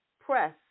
Press